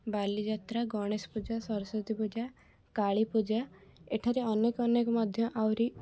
ବାଲିଯାତ୍ରା ଗଣେଶ ପୂଜା ସରସ୍ୱତୀ ପୂଜା କାଳୀ ପୂଜା ଏଠାରେ ଅନେକ ଅନେକ ମଧ୍ୟ ଆହୁରି